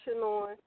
on